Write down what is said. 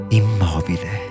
immobile